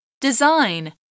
Design